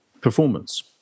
performance